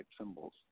symbols